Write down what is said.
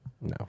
No